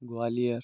Gwalior